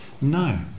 No